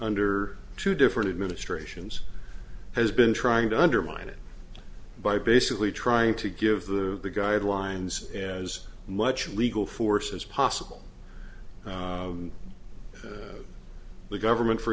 under two different administrations has been trying to undermine it by basically trying to give the guidelines as much legal force as possible the government for